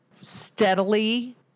steadily